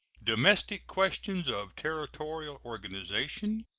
domestic questions of territorial organization,